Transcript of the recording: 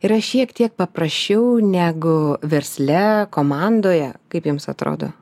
yra šiek tiek paprasčiau negu versle komandoje kaip jums atrodo